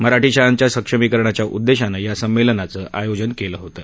मराठी शाळांचं सक्षमीकरणाच्या उद्देशानं या संमेलनाचं आयोजन केलं होतं